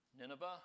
Nineveh